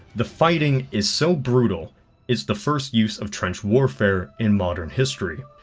the fighting is so brutal it's the first use of trench warfare, in modern history,